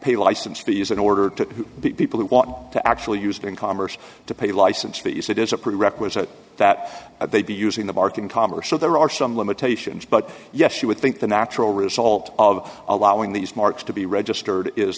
pay license fees in order to be people who want to actually used in commerce to pay license fees it is a prerequisite that they be using the parking commerce so there are some limitations but yes you would think the natural result of allowing these marks to be registered is